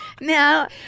Now